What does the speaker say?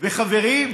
חברים,